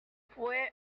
fue